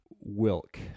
Wilk